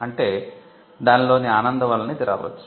అంటే దానిలోని ఆనందం వలన ఇది రావచ్చు